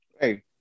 Hey